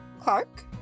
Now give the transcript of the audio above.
Clark